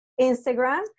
Instagram